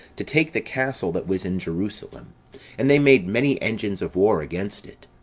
to take the castle that was in jerusalem and they made many engines of war against it.